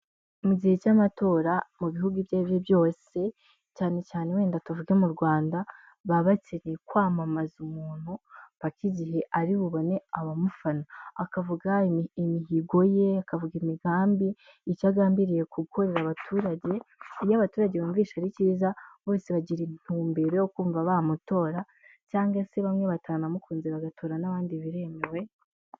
Mu gihe cy'amatora mu bihugu ibyo ibyo ari byose, cyane cyane wenda tuvuge mu Rwanda baba bakere kwamamaza umuntu mpaka igihe ari bubone abamufana, akavuga imihigo ye, akavuga imigambi, icyo agambiriye gukorera abaturage, iyo abaturage bumvise ari cyiza bose bagira intumbero yo kumva bamutora, cyangwa se bamwe batanamukunze bagatora n'abandi biremewe.